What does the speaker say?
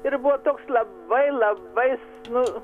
ir buvo toks labai labai nu